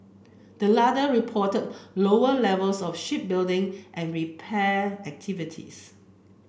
the latter reported lower levels of shipbuilding and repair activities